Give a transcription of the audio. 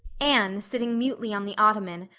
anne sitting mutely on the ottoman,